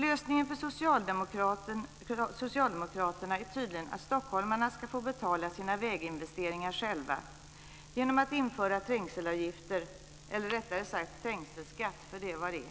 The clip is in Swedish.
Lösningen för socialdemokraterna är tydligen att stockholmarna ska få betala sina väginvesteringar själva genom att man inför trängselavgifter - eller rättare sagt trängselskatt, för det är vad det